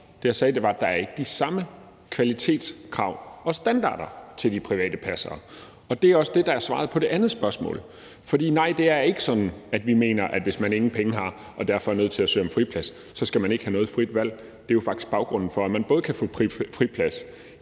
Det, jeg sagde, var, at der ikke er de samme kvalitetskrav til og -standarder for de private passere. Og det er også det, der er svaret på det andet spørgsmål. For nej, det er ikke sådan, at vi mener, at man, hvis man ingen penge har og derfor er nødt til at søge om friplads, ikke skal have noget frit valg. Det er jo faktisk baggrunden for, at man både kan få friplads